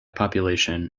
population